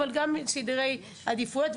אבל גם סדרי עדיפויות.